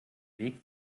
weg